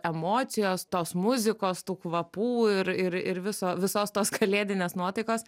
emocijos tos muzikos tų kvapų ir ir ir viso visos tos kalėdinės nuotaikos